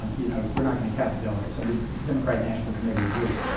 um you know, we're not going to count the delegates, and the democratic national committee agreed.